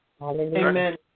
Amen